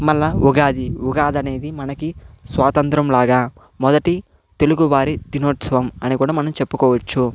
మళ్లీ ఉగాది ఉగాది అనేది మనకి స్వాతంత్రం లాగా మొదటి తెలుగువారి దినోత్సవం అని కూడా మనం చెప్పుకోవచ్చు